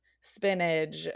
spinach